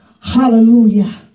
Hallelujah